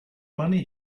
money